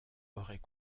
aurait